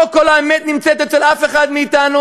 כל האמת אינה נמצאת אצל אף אחד מאתנו,